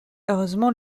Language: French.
heureusement